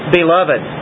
beloved